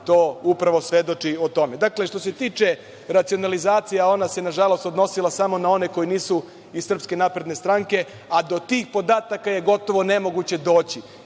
to upravo svedoči o tome. Dakle, što se tiče racionalizacije, a ona se nažalost odnosila samo na one koji nisu iz SNS, a do tih podatka je gotovo nemoguće doći,